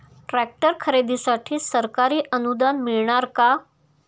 Tractor खरेदीसाठी सरकारी अनुदान मिळणार का?